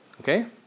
Okay